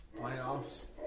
playoffs